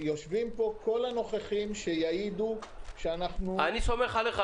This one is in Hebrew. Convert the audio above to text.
יושבים פה כל הנוכחים שיעידו- -- אני סומך עליך.